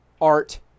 art